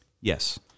yes